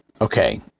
Okay